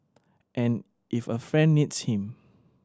and if a friend needs him